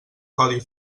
codi